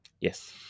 Yes